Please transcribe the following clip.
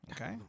Okay